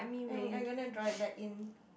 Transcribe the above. I'm I'm gonna draw it like in